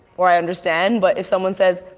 or i understand. but if someone says,